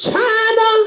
China